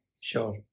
Sure